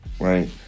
Right